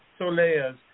soleas